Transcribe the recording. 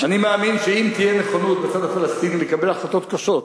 אני מאמין שאם תהיה נכונות בצד הפלסטיני לקבל החלטות קשות,